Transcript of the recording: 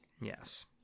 Yes